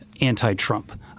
anti-Trump